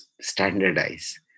standardize